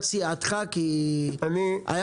או עמדת סיעתך,